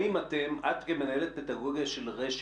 האם אתם, את כמנהלת פדגוגיה של רשת,